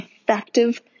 effective